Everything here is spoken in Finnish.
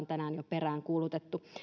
tänään jo peräänkuulutettu